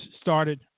started